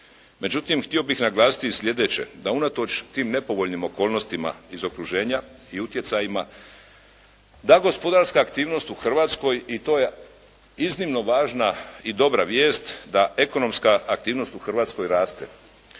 Međutim htio bih naglasiti sljedeće, da unatoč tim nepovoljnim okolnostima iz okruženja i utjecajima da gospodarska aktivnost u Hrvatskoj i to je iznimno važna i dobra vijest da ekonomska aktivnost u Hrvatskoj raste.